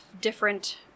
different